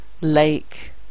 lake